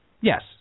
Yes